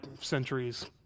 centuries